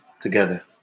together